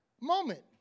moment